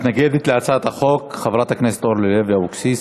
מתנגדת להצעת החוק חברת הכנסת אורלי לוי אבקסיס.